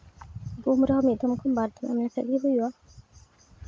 ᱜᱩᱦᱩᱢ ᱨᱮᱦᱚᱸ ᱢᱤᱫ ᱫᱚᱢ ᱠᱷᱚᱡ ᱵᱟᱨ ᱫᱚᱢ ᱮᱢ ᱞᱮᱠᱷᱟᱱᱜᱮ ᱦᱩᱭᱩᱜᱼᱟ